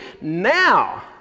Now